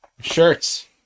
Shirts